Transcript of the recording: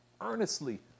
earnestly